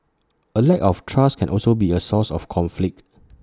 A lack of trust can also be A source of conflict